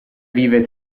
vive